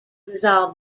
dissolve